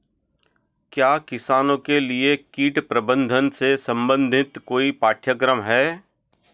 क्या किसानों के लिए कीट प्रबंधन से संबंधित कोई पाठ्यक्रम है?